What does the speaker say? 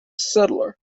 settler